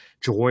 Joy